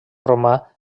romà